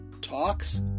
Talks